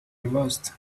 reversed